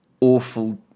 Awful